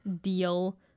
deal